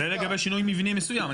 זה לגבי שינוי מבני מסוים.